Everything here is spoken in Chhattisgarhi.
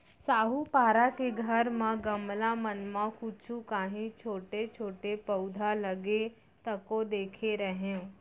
साहूपारा के घर म गमला मन म कुछु कॉंहीछोटे छोटे पउधा लगे तको देखे रेहेंव